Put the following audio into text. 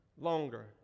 longer